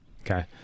Okay